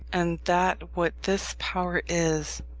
and that what this power is,